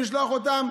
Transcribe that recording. לשלוח אותם,